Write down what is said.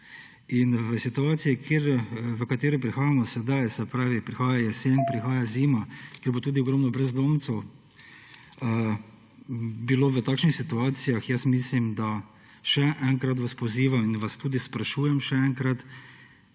ne. V situaciji v katero prihajamo sedaj, se pravi prihaja jesen, prihaja zima, ko bo tudi ogromno brezdomcev bilo v takšnih situacijah, vas še enkrat pozivam in vas tudi sprašujem še enkrat: